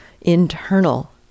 internal